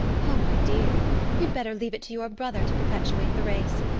oh, my dear, you'd better leave it to your brother to perpetuate the race.